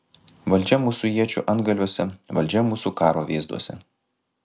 valdžia mūsų iečių antgaliuose valdžia mūsų karo vėzduose